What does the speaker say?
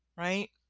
Right